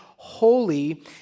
Holy